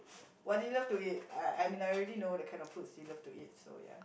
what do you love to eat I I mean I already know the kind of foods she love to eat so ya